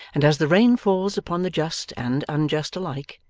and, as the rain falls upon the just and unjust alike,